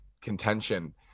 contention